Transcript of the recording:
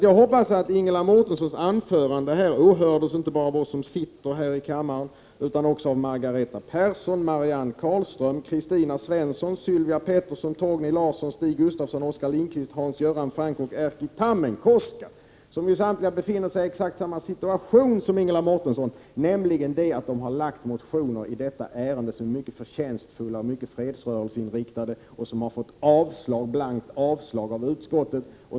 Jag hoppas därför att Ingela Mårtenssons anförande här åhördes inte bara av oss som sitter i kammaren utan också av Margareta Persson, Marianne Carlström, Kristina Svensson, Sylvia Pettersson, Torgny Larsson, Stig Gustafsson, Oskar Lindkvist, Hans Göran Franck och Erkki Tammenoksa, som samtliga befinner sig i exakt samma situation som Ingela Mårtensson, nämligen att de i detta ärende har väckt motioner som är mycket förtjänstfulla och mycket fredsrörelseinriktade men som har fått ett blankt avstyrkande av utskottet.